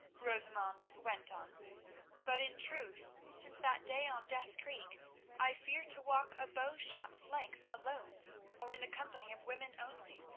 rosamund went on but, in truth, since that day on death creek i fear to walk a bow-shot's length alone or in the company of women only.